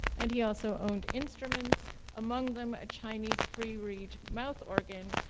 and he also owned instruments, among them a chinese free-reed mouth organ,